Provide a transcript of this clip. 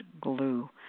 glue